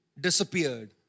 Disappeared